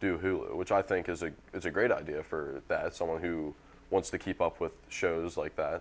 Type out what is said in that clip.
do which i think is a it's a great idea for that someone who wants to keep up with shows like that